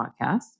podcast